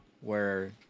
where-